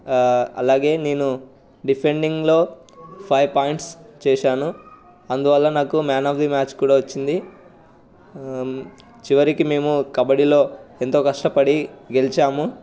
అలాగే నేను డిఫెండింగ్లో ఫైవ్ పాయింట్స్ చేశాను అందువల్ల నాకు మ్యాన్ ఆఫ్ ది మ్యాచ్ కూడా వచ్చింది చివరికి మేము కబడ్డీలో ఎంతో కష్టపడి గెలిచాము